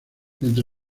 entre